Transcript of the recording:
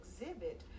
exhibit